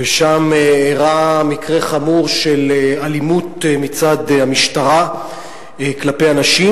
ושם אירע מקרה חמור של אלימות מצד המשטרה כלפי אנשים,